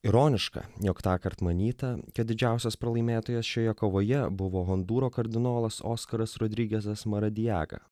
ironiška jog tąkart manyta kad didžiausias pralaimėtojas šioje kovoje buvo hondūro kardinolas oskaras rodrigesas maradiaga